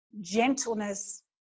gentleness